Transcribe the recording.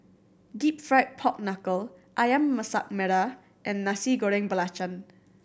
Deep Fried Pork Knuckle Ayam Masak Merah and Nasi Goreng Belacan